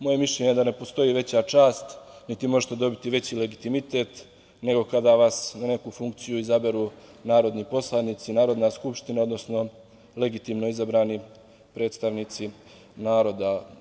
Moje mišljenje je da ne postoji veća čast, niti možete dobiti veći legitimitet nego kada vas na neku funkciju izaberu narodni poslanici, Narodna skupština, odnosno legitimno izabrani predstavnici naroda.